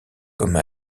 comme